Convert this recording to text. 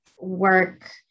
work